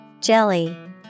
Jelly